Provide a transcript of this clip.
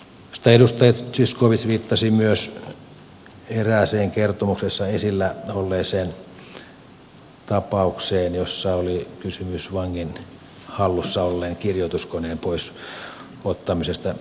edustaja zyskowicz viittasi myös erääseen kertomuksessa esillä olleeseen tapaukseen jossa oli kysymys vangin hallussa olleen kirjoituskoneen pois ottamisesta